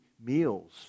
meals